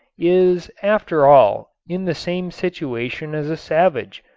is after all in the same situation as a savage,